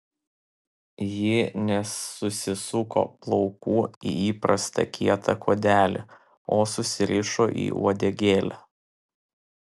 ji nesusisuko plaukų į įprastą kietą kuodelį o susirišo į uodegėlę